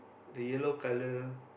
the yellow color